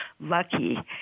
lucky